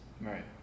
Right